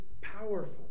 powerful